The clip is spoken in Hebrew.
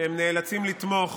שהם נאלצים לתמוך